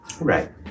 Right